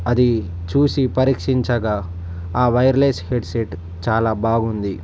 అది చూసి పరీక్షించగా ఆ వైర్లెస్ హెడ్సెట్ చాలా బాగుంది